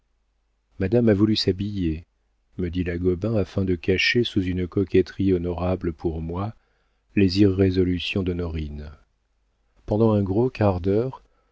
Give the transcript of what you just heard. madame a voulu s'habiller me dit la gobain afin de cacher sous une coquetterie honorable pour moi les irrésolutions d'honorine pendant un gros quart d'heure